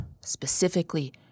specifically